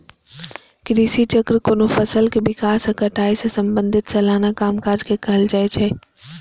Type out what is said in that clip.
कृषि चक्र कोनो फसलक विकास आ कटाई सं संबंधित सलाना कामकाज के कहल जाइ छै